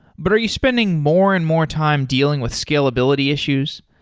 but are you spending more and more time dealing with scalability issues?